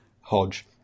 Hodge